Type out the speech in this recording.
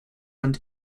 and